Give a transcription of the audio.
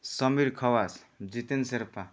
Samir Khawas Jiten Sherpa